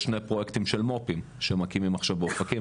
יש שני פרויקטים של מו"פים שמקימים עכשיו באופקים,